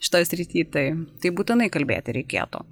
šitoj srity tai tai būtinai kalbėti reikėtų